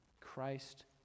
Christ